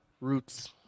Roots